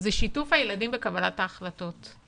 זה שיתוף הילדים בקהלת ההחלטות.